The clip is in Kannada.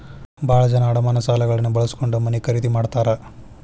ಭಾಳ ಜನ ಅಡಮಾನ ಸಾಲಗಳನ್ನ ಬಳಸ್ಕೊಂಡ್ ಮನೆ ಖರೇದಿ ಮಾಡ್ತಾರಾ